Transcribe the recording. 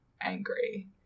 angry